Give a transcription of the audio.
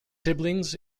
siblings